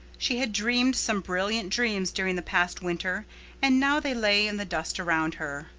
she had dreamed some brilliant dreams during the past winter and now they lay in the dust around her.